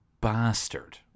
bastard